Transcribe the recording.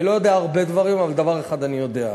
אני לא יודע הרבה דברים, אבל דבר אחד אני יודע: